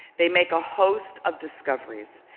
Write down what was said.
they make a host of discoveries.